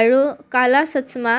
আৰু কালা চচ্মা